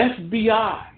FBI